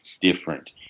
different